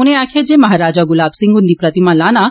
उने आक्खेआ जे महाराजा गुलाब सिंह हुंदी प्रतिमा लाना